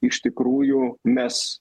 iš tikrųjų mes